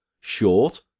short